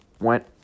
went